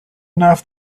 enough